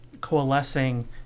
coalescing